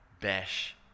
bash